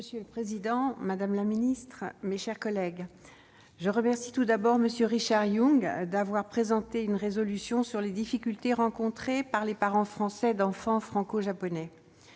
Monsieur le président, madame la ministre, mes chers collègues, je remercie tout d'abord M. Richard Yung d'avoir présenté une proposition de résolution relative aux difficultés rencontrées par les parents français d'enfants franco-japonais.